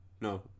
no